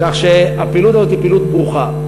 כך שהפעילות הזאת היא פעילות ברוכה.